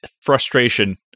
frustration